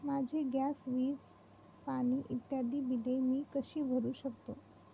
माझी गॅस, वीज, पाणी इत्यादि बिले मी कशी भरु शकतो?